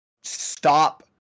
Stop